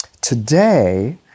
Today